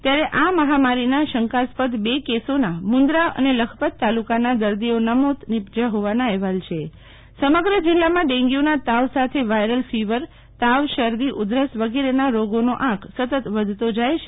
ત્યારે આ મેહામારીનાં શંકાસ્પસ બે કેસોના મુંદ્રા અને લખપત તાલુકાનાં દર્દીઓના મોત નિપજ્યા હોવાના અહેવાલ છેસમગ્ર જીલ્લામાં ડેન્ગ્યુંનાં તાવ સાથે વાયરલ ફિવર તાવ શરદ્દીઉધરસ વગેરેનાં રોગનો આંક સતત વધતો જાય છે